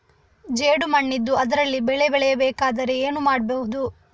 ಜೇಡು ಮಣ್ಣಿದ್ದು ಅದರಲ್ಲಿ ಬೆಳೆ ಬೆಳೆಯಬೇಕಾದರೆ ಏನು ಮಾಡ್ಬಹುದು?